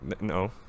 no